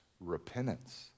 repentance